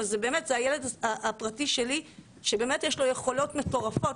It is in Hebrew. אבל זה הילד הפרטי שלי שבאמת יש לו יכולות מטורפות.